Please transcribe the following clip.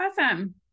awesome